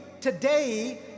today